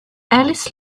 ellis